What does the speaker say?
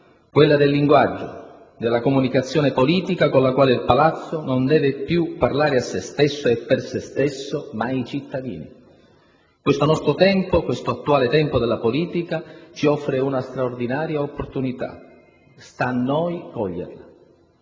quella del linguaggio, della comunicazione politica con la quale il Palazzo non deve più parlare a sé stesso e per sé stesso, ma ai cittadini. Questo attuale tempo della politica ci offre una straordinaria opportunità. Sta a noi coglierla.